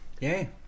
Yay